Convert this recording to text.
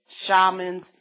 shamans